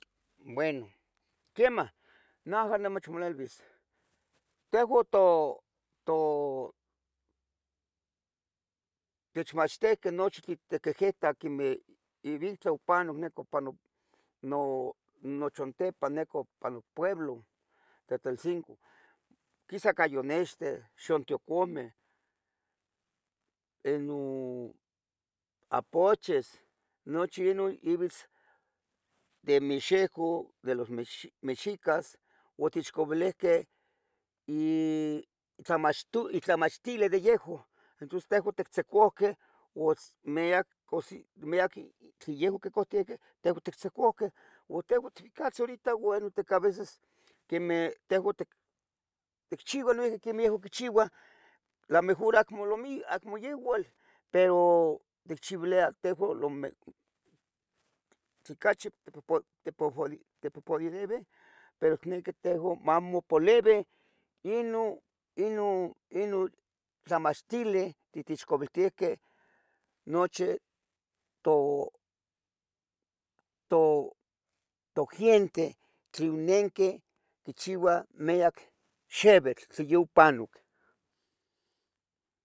Bueno, quiemah, naha namechonilbis, tehua to- to techmachtihqueh nochi tli tiquihitah, quemeh ivitlah opanoc ipan no, nochontepan nepa ipa nopueblo Tetelcingo, quisa cayonexteh, xionteucomeh, ino apuches, nochi ino ibitz de mixihcu de los mexi, de los mexicas otechcabilihqueh y tlamachtu, tlamachtili de yehua, entonces tehua tictzicohqueh outz miac cosi, miac tli yehua quehcotihqueh tehua tictzicohqueh, ua tehua itbicatzqueh horita, bueno tic aveces quemeh tehua ti, tichiuah noihqui quemeh yehua quichiuah, la mejor acmo lo mi, acmo yegual pero, ticchiulea tehua lo me tle cachi to, tipopodidebeh, pero tehua itnequih amo mapoolibeh ino, ino tlamachtili, tli techcabihtehqueh nochi to, to, togiente tli onenqueh quichiba miac xibitl tli yopanoc.